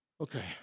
Okay